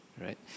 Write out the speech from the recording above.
right